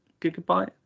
gigabyte